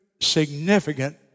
significant